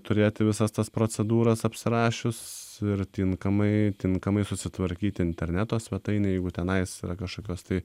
turėti visas tas procedūras apsirašius ir tinkamai tinkamai susitvarkyti interneto svetainėj jeigu tenai su kažkokios tai